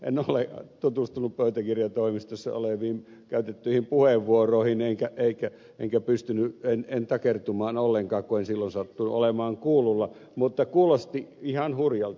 en ole tutustunut pöytäkirjatoimistossa oleviin käytettyihin puheenvuoroihin enkä pystynyt takertumaan ollenkaan kun en silloin sattunut olemaan kuulolla mutta kuulosti ihan hurjalta